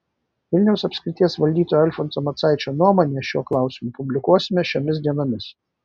vilniaus apskrities valdytojo alfonso macaičio nuomonę šiuo klausimu publikuosime šiomis dienomis